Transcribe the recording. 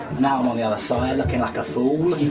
now i'm on the other side lookin' like a fool,